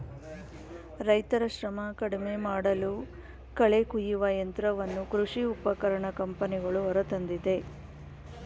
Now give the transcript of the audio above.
ರೈತರ ಶ್ರಮ ಕಡಿಮೆಮಾಡಲು ಕಳೆ ಕುಯ್ಯುವ ಯಂತ್ರವನ್ನು ಕೃಷಿ ಉಪಕರಣ ಕಂಪನಿಗಳು ಹೊರತಂದಿದೆ